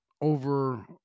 over